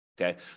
Okay